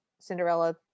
Cinderella